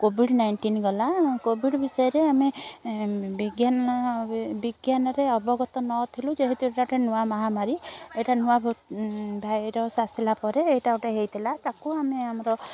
Covid nineteen ଗଲା covid ବିଷୟରେ ଆମେ ବିଜ୍ଞାନରେ ବିଜ୍ଞାନରେ ଅବଗତ ନଥିଲୁ ଯେହେତୁ ଏଇଟା ଗୋଟେ ନୂଆ ମହାମାରୀ ଏଇଟା ନୂଆ ଭାଇରସ୍ ଆସିଲାପରେ ଏଇଟା ଗୋଟେ ହୋଇଥିଲା ତାକୁ ଆମେ ଆମର